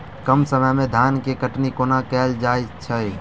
कम समय मे धान केँ कटनी कोना कैल जाय छै?